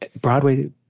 Broadway